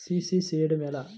CC చేయడము ఎలా?